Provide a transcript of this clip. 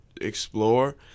explore